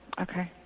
Okay